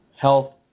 health